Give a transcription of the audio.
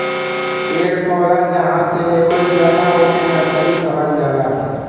पेड़ पौधा जहां से लेवल जाला ओके नर्सरी कहल जाला